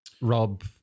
Rob